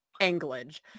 anglage